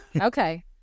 Okay